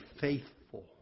faithful